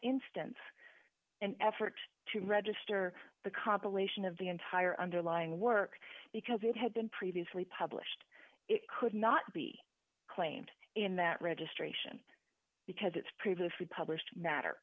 instance an effort to register the compilation of the entire underlying work because it had been previously published it could not be claimed in that registration because it's previously published matter